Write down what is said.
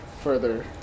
further